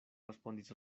respondis